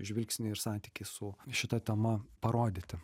žvilgsnį ir santykį su šita tema parodyti